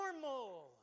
normal